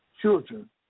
children